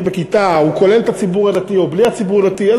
בכיתה כולל את הציבור הדתי או בלי הציבור הדתי?